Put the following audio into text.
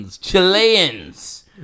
Chileans